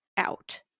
out